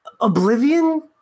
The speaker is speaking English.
Oblivion